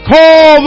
Call